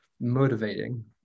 motivating